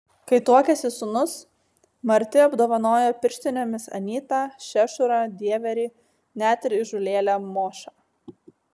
kai tuokėsi sūnus marti apdovanojo pirštinėmis anytą šešurą dieverį net ir įžūlėlę mošą